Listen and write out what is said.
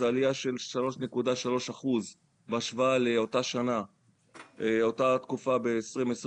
זו עלייה של 3.3 אחוז בהשוואה לאותה תקופה ב-2022.